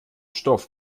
stoff